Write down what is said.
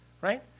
right